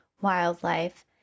wildlife